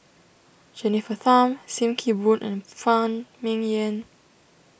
Jennifer Tham Sim Kee Boon and Phan Ming Yen